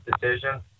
decision